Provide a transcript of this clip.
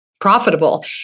profitable